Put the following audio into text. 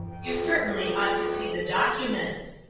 you certainly ought to see the documents.